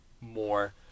more